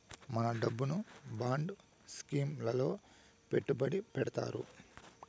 మన డబ్బును bond scheme లలో పెట్టుబడి పెడతారు